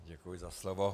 Děkuji za slovo.